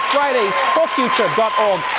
FridaysForFuture.org